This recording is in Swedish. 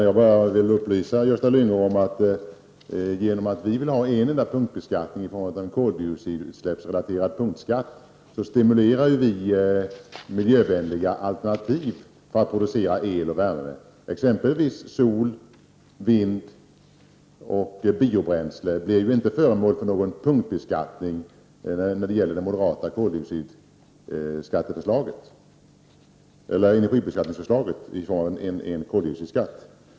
Jag vill bara upplysa Gösta Lyngå om att vi moderater, genom en enda punktbeskattning i form av en koldioxidutsläppsrelaterad punktskatt, stimulerar miljövänliga alternativ för produktion av el och värme; exempelvis blir ju sol, vind och biobränsle inte föremål för punktbeskattning i det moderata förslaget om energibeskattning i form av koldioxidskatt.